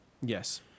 Yes